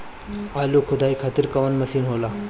आलू खुदाई खातिर कवन मशीन होला?